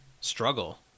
struggle